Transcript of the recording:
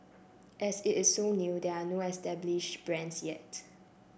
as it is so new there are no established brands yet